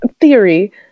theory